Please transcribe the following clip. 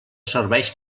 serveix